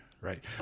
Right